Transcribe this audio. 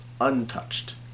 untouched